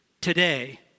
today